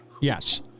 yes